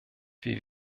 wir